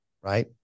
right